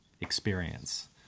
experience